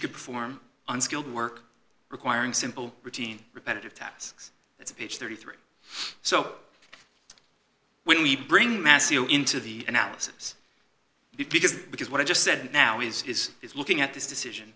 could perform unskilled work requiring simple routine repetitive tasks it's page thirty three dollars so when we bring massimo into the analysis because because what i just said now is his is looking at this decision